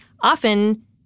often